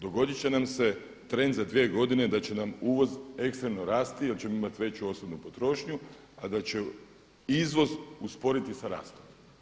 Dogoditi će nam se trend za dvije godine da će nam uvoz ekstremno rasti jer ćemo imati veću osobnu potrošnju, a da će izvoz usporiti sa rastom.